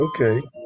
Okay